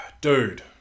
Dude